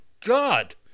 god